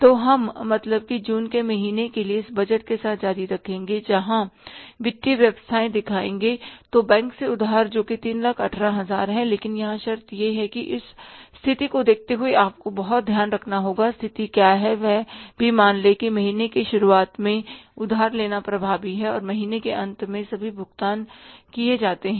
तो हम मतलब कि जून के महीने के लिए इस बजट के साथ जारी रखेंगे यहाँ वित्तीय व्यवस्थाएं दिखाएँगे तो बैंक से उधार जो कि 318000 है लेकिन यहाँ शर्त यह है कि इस स्थिति को देखते हुए आपको बहुत ध्यान रखना होगा स्थिति क्या है वह भी मान लें कि महीने की शुरुआत में उधार लेना प्रभावी है और महीने के अंत में सभी भुगतान किए जाते हैं